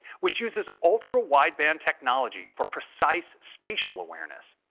which uses ultra wideband technology for precise spatial awareness.